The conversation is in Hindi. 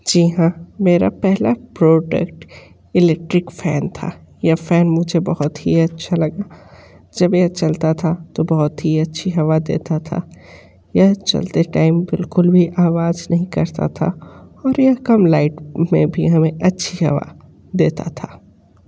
जी हाँ मेरा पहला प्रोडक्ट इलेक्ट्रिक फैन था यह फैन मुझे बहुत ही अच्छा लगा जब यह चलता था तो बहुत ही अच्छी हवा देता था यह चलाते टाइम बिलकुल भी आवाज नहीं करता था और यह कम लाइट में भी हमें अच्छी हवा देता था